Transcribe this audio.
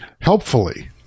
Helpfully